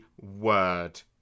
word